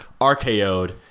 RKO'd